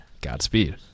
Godspeed